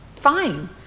fine